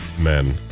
men